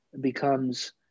becomes